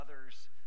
others